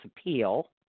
appeal